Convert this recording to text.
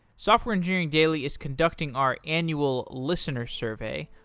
software engineering daily is conducting our annual listeners' survey,